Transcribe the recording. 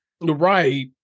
Right